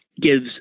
gives